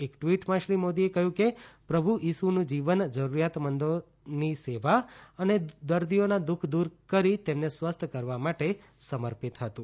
એક ટ્વીટમાં શ્રી મોદીએ કહ્યું છે કે પ્રભુ ઇસુનું જીવન જરૂરિયાતમંદ લોકોની સેવા અને દર્દીઓના દુઃખ દૂર કરીતેમને સ્વસ્થ કરવા માટે સમર્પિત હતું